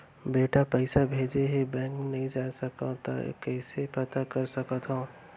बेटा पइसा भेजे हे, बैंक नई जाथे सकंव त कइसे पता कर सकथव?